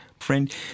Friend